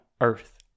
earth